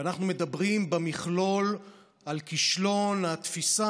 ואנחנו מדברים במכלול על כישלון התפיסה